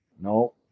No